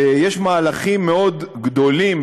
שיש מהלכים מאוד "גדולים",